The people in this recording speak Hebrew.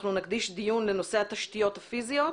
אנחנו נקדיש דיון לנושא התשתיות הפיזיות,